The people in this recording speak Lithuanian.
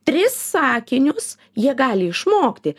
tris sakinius jie gali išmokti